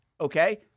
Okay